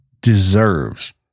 deserves